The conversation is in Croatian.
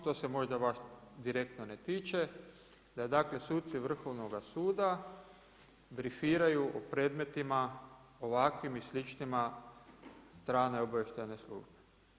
To se možda vas direktno ne tiče, da dakle suci Vrhovnoga suda brifiraju o predmetima ovakvim i sličnima strane obavještajne službe.